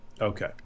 Okay